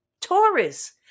Taurus